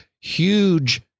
huge